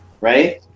right